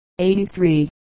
83